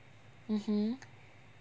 mmhmm